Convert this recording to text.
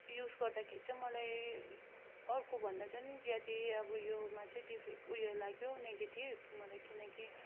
use गर्दाखेरि चाहिँ मलाई अर्कोभन्दा चाहिँ ज्यादै अब यसमा चाहिँ डिफे उयो लाग्यो नेगेटिभ मलाई किनकि